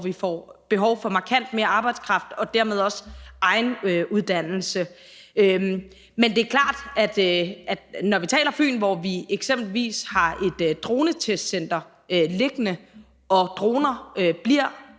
hvor vi får behov for markant mere arbejdskraft og dermed også egen uddannelse. Men det er klart, at når vi taler om Fyn, hvor vi eksempelvis har et dronetestcenter liggende – og droner bliver